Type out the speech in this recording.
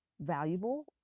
valuable